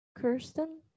Kirsten